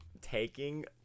taking